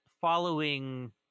following